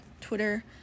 Twitter